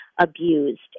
abused